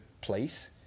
place